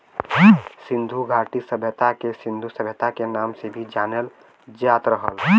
सिन्धु घाटी सभ्यता के सिन्धु सभ्यता के नाम से भी जानल जात रहल